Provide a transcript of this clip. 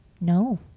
No